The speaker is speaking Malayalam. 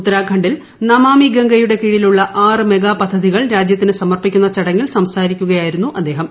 ഉത്തരാഖണ്ഡിൽ നമാമി ഗംഗയുടെ കീഴിലുള്ള ആറ് മെഗാ പദ്ധതികൾ രാജ്യത്തിന് സമർപ്പിക്കുന്ന ചടങ്ങിൽ സംസാരിക്കുകയായിരുന്നു അദ്ദേഹം